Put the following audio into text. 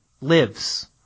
lives